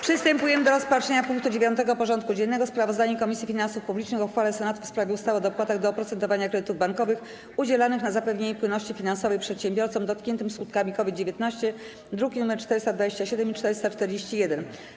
Przystępujemy do rozpatrzenia punktu 9. porządku dziennego: Sprawozdanie Komisji Finansów Publicznych o uchwale Senatu w sprawie ustawy o dopłatach do oprocentowania kredytów bankowych udzielanych na zapewnienie płynności finansowej przedsiębiorcom dotkniętym skutkami COVID-19 (druki nr 427 i 441)